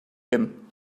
him